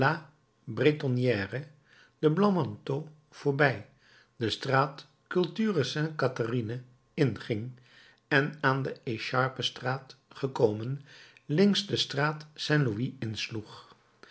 bretonnerie de blancs manteaux voorbij de straat culture sainte catherine inging en aan de echarpe straat gekomen links de straat saint louis insloeg